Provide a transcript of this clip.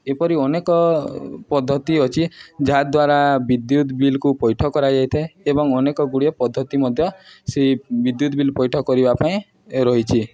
ଏପରି ଅନେକ ପଦ୍ଧତି ଅଛି ଯାହାଦ୍ୱାରା ବିଦ୍ୟୁତ୍ ବିଲ୍କୁ ପୈଠ କରାଯାଇ ଥାଏ ଏବଂ ଅନେକ ଗୁଡ଼ିଏ ପଦ୍ଧତି ମଧ୍ୟ ସେଇ ବିଦ୍ୟୁତ୍ ବିଲ୍ ପୈଠ କରିବା ପାଇଁ ରହିଛି